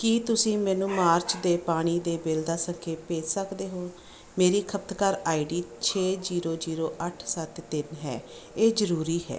ਕੀ ਤੁਸੀਂ ਮੈਨੂੰ ਮਾਰਚ ਦੇ ਪਾਣੀ ਦੇ ਬਿੱਲ ਦਾ ਸੰਖੇਪ ਭੇਜ ਸਕਦੇ ਹੋ ਮੇਰੀ ਖਪਤਕਾਰ ਆਈਡੀ ਛੇ ਜ਼ੀਰੋ ਜ਼ੀਰੋ ਅੱਠ ਸੱਤ ਤਿੰਨ ਹੈ ਇਹ ਜ਼ਰੂਰੀ ਹੈ